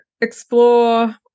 explore